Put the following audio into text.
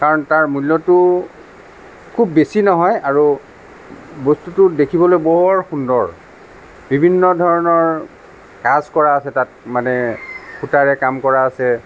কাৰণ তাৰ মূল্যটো খুব বেছি নহয় আৰু বস্তুটো দেখিবলৈ বৰ সুন্দৰ বিভিন্ন ধৰণৰ কাজ কৰা আছে তাত মানে সূতাৰে কাম কৰা আছে